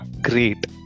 Great